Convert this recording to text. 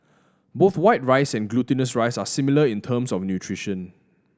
both white rice and glutinous rice are similar in terms of nutrition